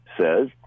says